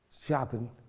shopping